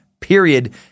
period